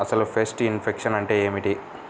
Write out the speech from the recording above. అసలు pest infection అంటే ఏమిటి?